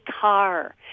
car